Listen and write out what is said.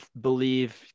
believe